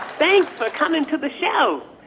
thanks for coming to the show.